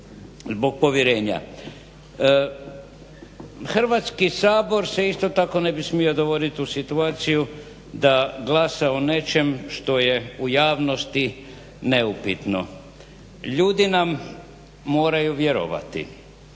Hrvatski sabor se isto tako ne bi smio dovoditi u situaciju da glasa o nečem što je u javnosti neupitno. Ljudi nam moraju vjerovati,